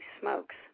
smokes